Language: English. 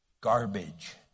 Garbage